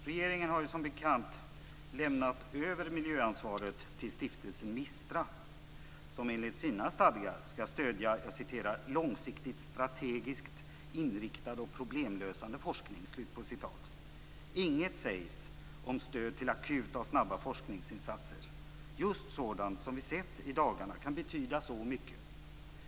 Regeringen har som bekant lämnat över miljöansvaret till stiftelsen MISTRA, som enligt sina stadgar skall stödja långsiktigt strategiskt inriktad och problemlösande forskning. Inget sägs om stöd till akuta och snabba forskningsinsatser. Just sådant som vi i dagarna sett kan betyda så mycket.